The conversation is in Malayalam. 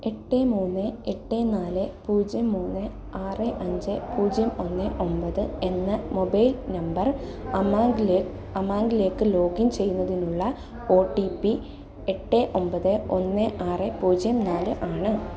എട്ട് മൂന്ന് എട്ട് നാല് പൂജ്യം മൂന്ന് ആറ് അഞ്ച് പൂജ്യം ഒന്ന് ഒമ്പത് എന്ന മൊബൈൽ നമ്പർ അമാൻഗലെ അമാൻഗലേക്ക് ലോഗിൻ ചെയ്യുന്നതിനുള്ള ഒ ടി പി എട്ട് ഒമ്പത് ഒന്ന് ആറ് പൂജ്യം നാല് ആണ്